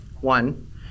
One